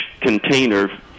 container